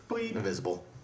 invisible